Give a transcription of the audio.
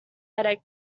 headache